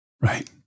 Right